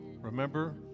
Remember